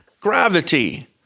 Gravity